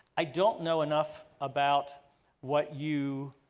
i don't know enough about what you